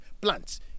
plants